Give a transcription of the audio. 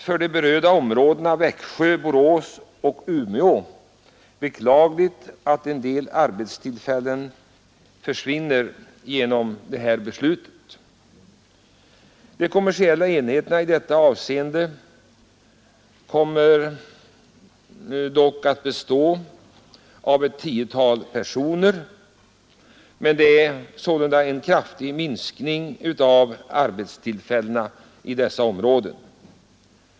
För de berörda områdena Växjö, Borås och Umeå är det ur sysselsättningssynpunkt beklagligt att en del arbetstillfällen försvinner genom det här beslutet. De kommersiella enheterna kommer dock i detta avseende att bestå av ett tiotal personer. Sålunda blir det en kraftig minskning av arbetstillfällena i dessa områden.